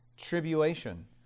tribulation